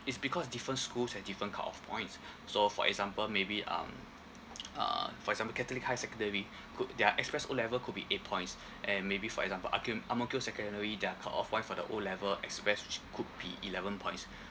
it's because different schools have different cutoff points so for example maybe um uh for example catholic high secondary cou~ their express O level could be eight points and maybe for example ang~ kio ang mo kio secondary their cutoff point for the O level express sh~ could be eleven points